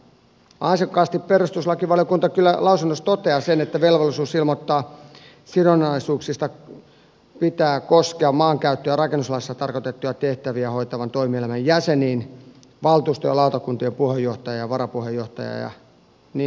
ansiokkaasti perustuslakivaliokunta kyllä lausunnossaan toteaa sen että velvollisuuden ilmoittaa sidonnaisuuksista pitää koskea maankäyttö ja rakennuslaissa tarkoitettuja tehtäviä hoitavan toimielimen jäseniä valtuuston ja lautakuntien puheenjohtajaa ja varapuheenjohtajaa ja niin edespäin